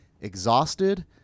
exhausted